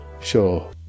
sure